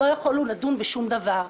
לא יכולנו לדון בשום דבר.